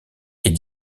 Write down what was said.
est